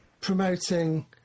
promoting